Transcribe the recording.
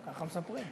ככה מספרים.